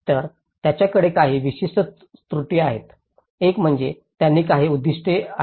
तर त्यांच्याकडे काही विशिष्ट दृष्टी आहेत एक म्हणजे त्यांची काही उद्दीष्टे आहेत